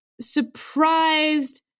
surprised